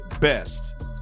best